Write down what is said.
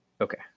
Okay